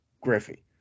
Griffey